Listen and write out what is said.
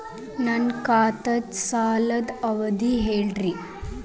ನನ್ನ ಖಾತಾದ್ದ ಸಾಲದ್ ಅವಧಿ ಹೇಳ್ರಿ